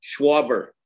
Schwaber